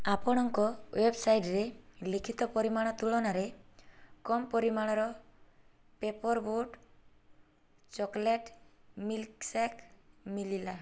ଆପଣଙ୍କ ୱେବ୍ସାଇଟ୍ରେ ଲିଖିତ ପରିମାଣ ତୁଳନାରେ କମ୍ ପରିମାଣର ପେପର୍ ବୋଟ୍ ଚକୋଲେଟ୍ ମିଲ୍କ୍ଶେକ୍ ମିଳିଲା